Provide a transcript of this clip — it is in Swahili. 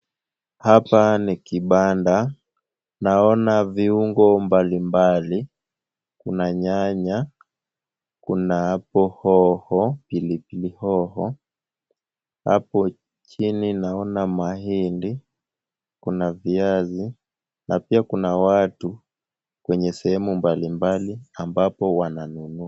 Hapa ni kibanda. Naona viungo mbalimbali. Kuna nyanya, kuna hapo hoho pilipili hoho, hapo chini naona mahindi. Kuna viazi na pia kuna watu. Kwenye sehemu mbalimbali ambapo wananunua.